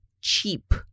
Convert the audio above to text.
cheap